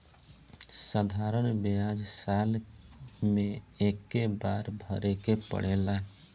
साधारण ब्याज साल मे एक्के बार भरे के पड़ेला